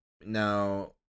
Now